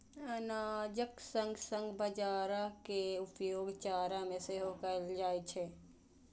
अनाजक संग संग बाजारा के उपयोग चारा मे सेहो कैल जाइ छै